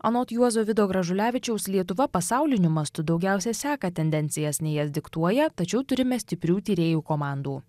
anot juozo vido gražulevičiaus lietuva pasauliniu mastu daugiausia seka tendencijas nei jas diktuoja tačiau turime stiprių tyrėjų komandų